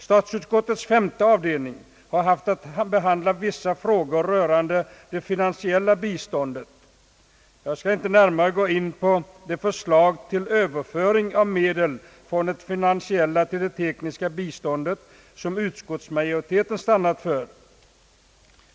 Statsutskottets femte avdelning har haft att behandla vissa frågor rörande det finansiella biståndet. Jag skall inte närmare gå in på det förslag till överföring av medel från det finansiella till det tekniska biståndet, som utskottsmajoriteten stannat för.